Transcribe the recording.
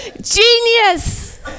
genius